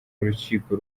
urukiko